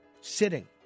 sitting